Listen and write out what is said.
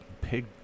Pig